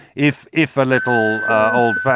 if if a little ah old